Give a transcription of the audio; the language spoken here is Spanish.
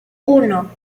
uno